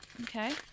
Okay